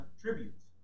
tributes